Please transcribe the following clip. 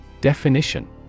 Definition